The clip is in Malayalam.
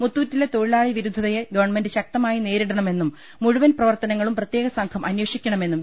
മുത്തൂറ്റിലെ തൊഴിലാളി വിരുദ്ധതയെ ഗവൺമെന്റ് ശക്ത മായി നേരിടണമെന്നും മൂഴുവൻ പ്രവർത്തനങ്ങളും പ്രത്യേക സംഘം അന്വേഷിക്കണമെന്നും വി